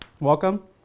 welcome